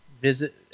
visit